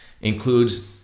includes